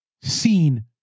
seen